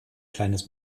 kleines